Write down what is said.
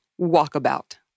Walkabout